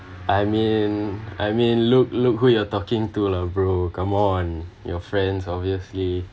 I mean I mean look look who you are talking to lah bro come on your friends obviously